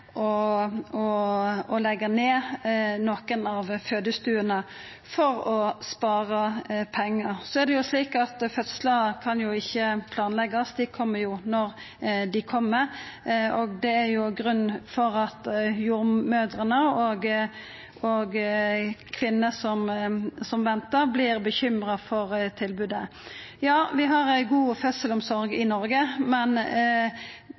føretaka vel å leggja ned nokre av fødestuene for å spara pengar. Så er det slik at fødslar ikkje kan planleggjast, dei kjem når dei kjem, og det er grunnen til at jordmødrene og kvinnene som ventar, vert bekymra for tilbodet. Ja, vi har ei god fødselsomsorg i Noreg, men